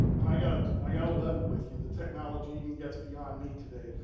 and i got like i got to level with you the technology even gets beyond me today.